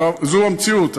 זו המציאות,